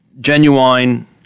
genuine